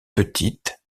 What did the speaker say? petite